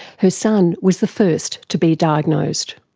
her son was the first to be diagnosed.